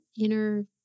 inner